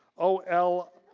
oh ell,